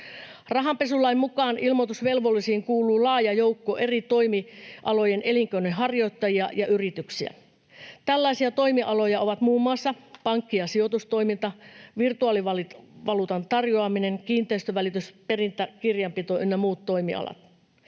Rahanpesulain mukaan ilmoitusvelvollisiin kuuluu laaja joukko eri toimialojen elinkeinonharjoittajia ja yrityksiä. Tällaisia toimialoja ovat muun muassa pankki- ja sijoitustoiminta, virtuaalivaluutan tarjoaminen, kiinteistönvälitys, perintä, kirjanpito ynnä muut toimialat.